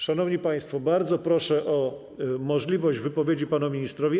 Szanowni państwo, bardzo proszę o umożliwienie wypowiedzi panu ministrowi.